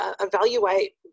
evaluate